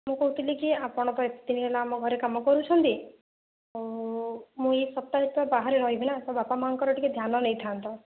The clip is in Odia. ମୁଁ କହୁଥିଲି କି ଆପଣ ତ ଏତେଦିନ ହେଲା ଆମ ଘରେ କାମ କରୁଛନ୍ତି ଆଉ ମୁଁ ଏଇ ଗୋଟିଏ ସପ୍ତାହ ବାହାରେ ରହିବି ନା ତ ବାପାମା'ଙ୍କର ଟିକିଏ ଧ୍ୟାନ ନେଇଥାନ୍ତ